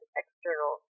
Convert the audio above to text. external